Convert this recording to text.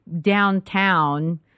downtown